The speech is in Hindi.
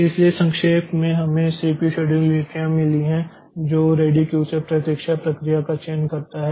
इसलिए संक्षेप में हमें CPU शेड्यूलिंग नीतियाँ मिली है जो रेडी क्यू से प्रतीक्षा प्रक्रिया का चयन करता है